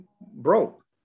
broke